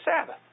Sabbath